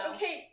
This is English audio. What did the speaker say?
Okay